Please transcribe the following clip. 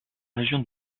région